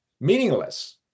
meaningless